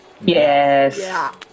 Yes